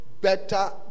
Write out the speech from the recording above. better